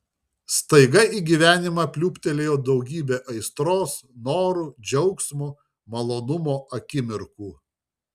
staiga į gyvenimą pliūptelėjo daugybė aistros norų džiaugsmo malonumo akimirkų